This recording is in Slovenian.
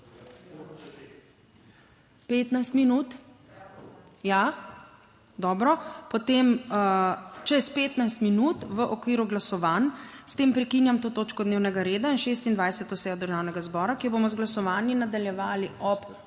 15 minut? (Da.) Ja, dobro, potem čez 15 minut v okviru glasovanj. S tem prekinjam to točko dnevnega reda in 26. sejo Državnega zbora, ki jo bomo z glasovanji nadaljevali ob